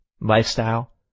lifestyle